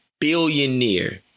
billionaire